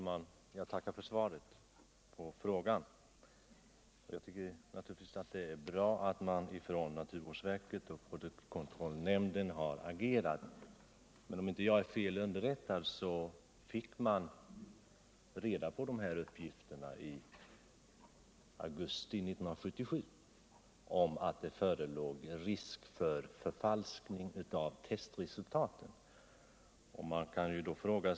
Herr talman! Bertil Måbrink har frågat socialministern vilka åtgärder han ämnar vidta med anledning av de uppgifter som framkommit om det amerikanska företaget Industrial Bio-Tests undersökningsmetoder och testresultat avseende bekämpningsmedel, läkemedel och livsmedel. Frågan har överlämnats till mig för besvarande. Björn Eliasson har frågat vilka åtgärder som jag ämnar vidta med anledning av de ytterst bristfälliga analvsresultaten från Bio-Test och vilka åtgärder man avser att för framtiden vidta för att säkerställa en noggrann kontroll och analys av de kemiska bekämpningsmedlen innan de tas i bruk.